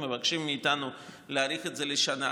מבקשים מאיתנו להאריך את זה לשנה,